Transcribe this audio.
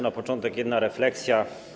Na początek jedna refleksja.